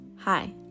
Hi